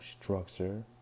structure